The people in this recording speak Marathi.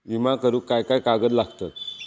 विमा करुक काय काय कागद लागतत?